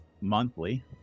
monthly